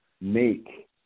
make